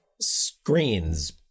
screens